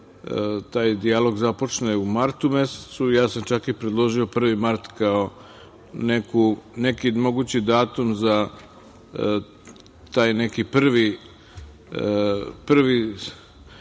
taj dijalog započne u martu mesecu. Ja sam čak i predložio 1. mart kao neki mogući datum za tu neku prvu